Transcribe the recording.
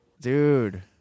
Dude